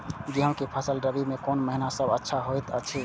गेहूँ के फसल रबि मे कोन महिना सब अच्छा होयत अछि?